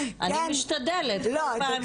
אני משתדלת בכל פעם שתהיו יותר מבסוטים.